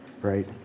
right